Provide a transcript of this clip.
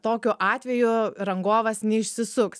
tokiu atveju rangovas neišsisuks